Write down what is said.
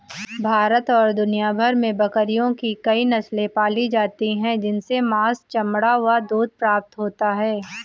भारत और दुनिया भर में बकरियों की कई नस्ले पाली जाती हैं जिनसे मांस, चमड़ा व दूध प्राप्त होता है